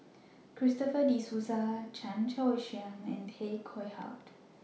Christopher De Souza Chan Choy Siong and Tay Koh Yat